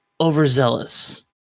overzealous